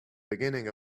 beginning